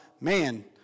man